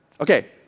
Okay